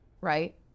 right